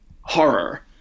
horror